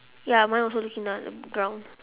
ya mine also looking down at the ground